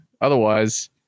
Otherwise